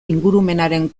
ingurumenaren